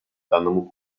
данному